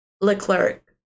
Leclerc